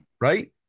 Right